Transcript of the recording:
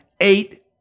eight